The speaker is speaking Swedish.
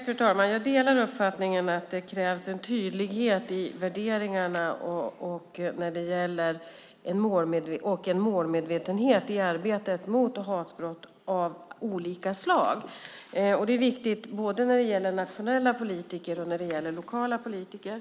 Fru talman! Jag delar uppfattningen att det krävs en tydlighet i värderingarna och en målmedvetenhet i arbetet mot hatbrott av olika slag. Det är viktigt när det gäller både nationella och lokala politiker.